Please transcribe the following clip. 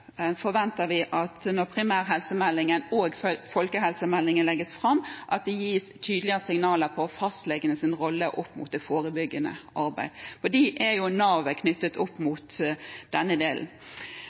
forventer vi når primærhelsemeldingen og folkehelsemeldingen legges fram, at det gis tydelige signaler om fastlegenes rolle opp mot det forebyggende arbeidet, for de er jo navet knyttet opp mot denne delen.